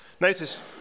Notice